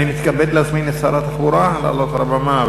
אני מתכבד להזמין את שר התחבורה לעלות על הבמה,